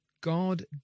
God